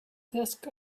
desk